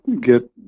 get